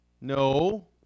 no